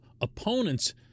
opponents